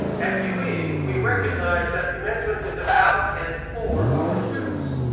at ue, we we recognize that commencement is about and for our students,